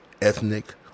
ethnic